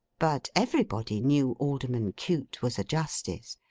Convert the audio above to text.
but everybody knew alderman cute was a justice!